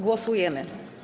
Głosujemy.